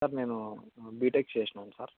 sir నేను B Tech చేసాను sir